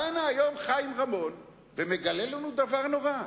בא הנה היום חיים רמון ומגלה לנו דבר נורא: